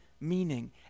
meaning